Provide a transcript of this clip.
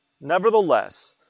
nevertheless